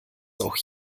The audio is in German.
auch